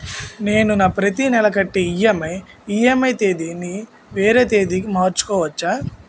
నేను నా ప్రతి నెల కట్టే ఈ.ఎం.ఐ ఈ.ఎం.ఐ తేదీ ని వేరే తేదీ కి మార్చుకోవచ్చా?